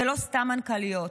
ולא סתם מנכ"ליות,